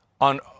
on